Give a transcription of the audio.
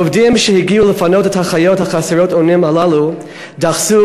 העובדים שהגיעו לפנות את החיות חסרות האונים הללו דחסו,